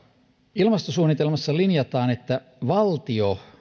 ilmastosuunnitelmassa linjataan että